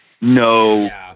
no